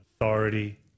authority